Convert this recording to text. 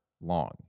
long